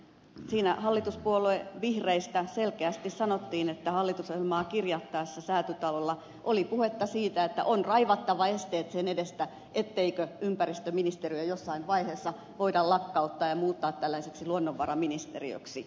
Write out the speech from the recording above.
siinä hallituspuolue vihreistä selkeästi sanottiin että hallitusohjelmaa kirjattaessa säätytalolla oli puhetta siitä että on raivattava esteet sen edestä ettei ympäristöministeriötä jossain vaiheessa voida lakkauttaa ja muuttaa tällaiseksi luonnonvaraministeriöksi